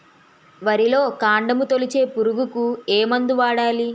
వరిలో కాండము తొలిచే పురుగుకు ఏ మందు వాడాలి?